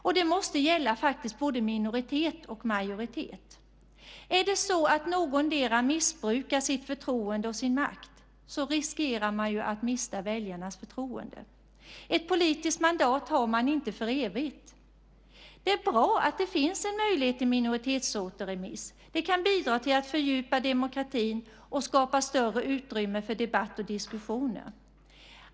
Och det måste faktiskt gälla både minoritet och majoritet. Om någondera missbrukar sitt förtroende och sin makt riskerar man att mista väljarnas förtroende. Ett politiskt mandat har man inte för evigt. Det är bra att det finns en möjlighet till minoritetsåterremiss. Det kan bidra till att fördjupa demokratin och skapa större utrymme för debatt och diskussioner.